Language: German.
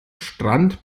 stand